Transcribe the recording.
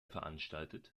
veranstaltet